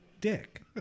dick